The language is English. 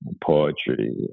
poetry